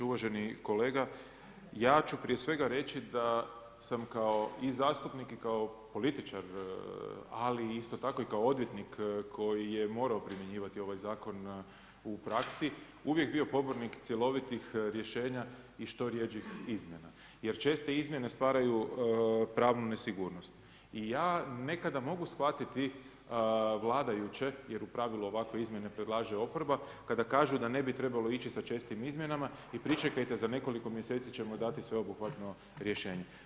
Uvaženi kolega, ja ću prije svega reći da sam kao i zastupnik i kao političar, ali isto tako i kao odvjetnik koji je morao primjenjivati ovaj Zakon u praksi, uvijek bio pobornik cjelovitih rješenja i što rjeđih izmjena jer česte izmjene stvaraju pravnu nesigurnost i ja nekada mogu shvatiti vladajuće jer u pravilu ovakve izmjene predlaže oporba, kada kažu da ne bi trebalo ići sa čestim izmjenama i pričekajte za nekoliko mjeseci ćemo dati sveobuhvatno rješenje.